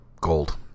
gold